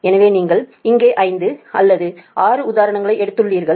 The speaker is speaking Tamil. எனவே நீங்கள் இங்கே 5 அல்லது 6 உதாரணங்களை எடுத்துள்ளீர்கள்